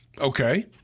Okay